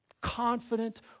confident